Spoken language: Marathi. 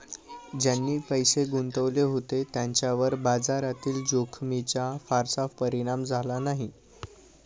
ज्यांनी पैसे गुंतवले होते त्यांच्यावर बाजारातील जोखमीचा फारसा परिणाम झाला नाही